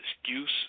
excuse